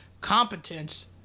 competence